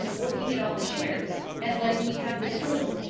working it on the shares, and letting me have this room,